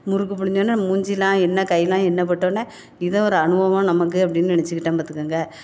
முறுக்கு புழிஞ்சோனே மூஞ்சிலாம் எண்ணய் கைலாம் எண்ணெய் பட்டவோடனே இதுவும் ஒரு அனுபவமாக நமக்கு அப்படினு நினச்சிக்கிட்டேன் பார்த்துக்கோங்க